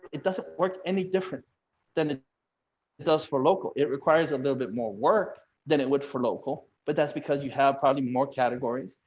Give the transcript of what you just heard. it doesn't work any different than it does for local, it requires a little bit more work than it would for local. but that's because you have probably more categories,